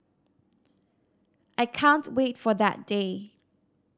I can't wait for that day